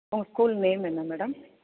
உங்கள் school name என்ன madam